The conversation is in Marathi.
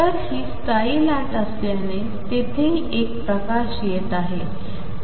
तर ही स्थायी लाट असल्याने तेथेही एक प्रकाश येत आहे